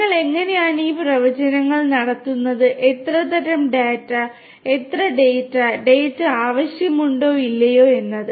നിങ്ങൾ എങ്ങനെയാണ് ഈ പ്രവചനങ്ങൾ നടത്തുന്നത് എത്ര തരം ഡാറ്റ എത്ര ഡാറ്റ ഡാറ്റ ആവശ്യമുണ്ടോ ഇല്ലയോ എന്നത്